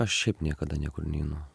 aš šiaip niekada niekur neinu